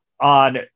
On